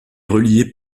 reliées